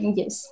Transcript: yes